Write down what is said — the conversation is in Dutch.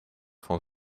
van